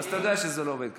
אתה יודע שזה לא עובד ככה.